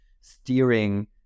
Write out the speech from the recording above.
steering